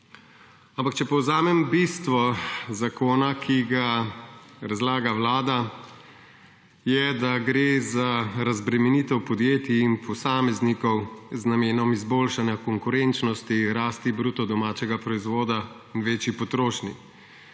ampak če povzamem bistvo zakona, ki ga razlaga Vlada, je, da gre za razbremenitev podjetij in posameznikov z namenom izboljšanja konkurenčnosti, rasti BDP in večje potrošnje.